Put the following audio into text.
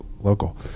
local